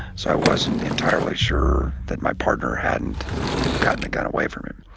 so, i wasn't entirely sure that my partner hadn't gotten the gun away from him.